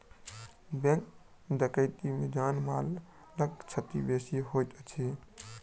bank डकैती मे जान मालक क्षति बेसी होइत अछि